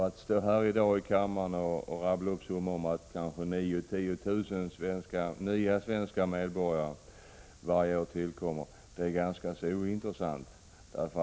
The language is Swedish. Att stå här och rabbla upp att så många som 9 000—10 000 nya svenska medborgare tillkommer varje år är ganska ointressant.